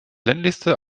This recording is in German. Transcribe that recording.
ländlichste